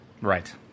Right